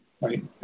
Right